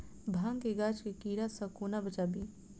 भांग केँ गाछ केँ कीड़ा सऽ कोना बचाबी?